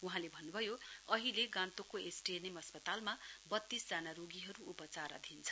वहाँले भन्न्भयो अहिले गान्तोकको एसटीएनएम अस्पतालमा बतीस जना रोगीहरू उपचाराधीन छन्